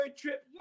trip